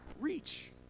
reach